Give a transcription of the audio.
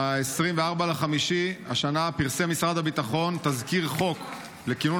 ב-24 במאי השנה פרסם משרד הביטחון תזכיר חוק לכינון